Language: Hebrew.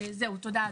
תודה.